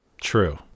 True